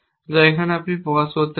যা এখানে আপনি প্রকাশ করতে পারেন